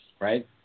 right